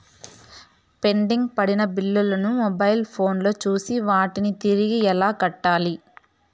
pending పడిన బిల్లులు ను మొబైల్ ఫోను లో చూసి వాటిని తిరిగి ఎలా కట్టాలి